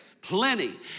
Plenty